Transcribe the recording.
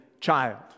child